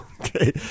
Okay